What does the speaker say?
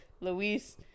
Luis